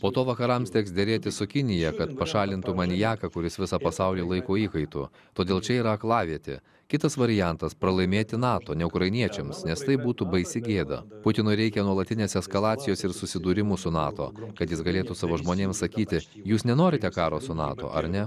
po to vakarams teks derėtis su kinija kad pašalintų maniaką kuris visą pasaulį laiko įkaitu todėl čia yra aklavietė kitas variantas pralaimėti nato ne ukrainiečiams nes tai būtų baisi gėda putinui reikia nuolatinės eskalacijos ir susidūrimų su nato kad jis galėtų savo žmonėms sakyti jūs nenorite karo su nato ar ne